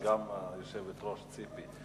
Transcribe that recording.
וגם היושבת-ראש ציפי,